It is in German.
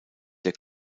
der